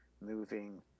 moving